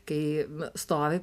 kai stovi